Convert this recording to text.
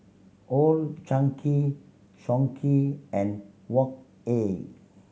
Old Chang Kee Songhe and Wok Hey